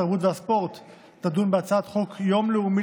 התרבות והספורט תדון בהצעת חוק יום לאומי